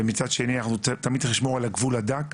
ומצד שני אנחנו תמיד צריכים לשמור על הגבול הדק,